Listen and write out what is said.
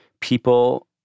people